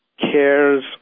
cares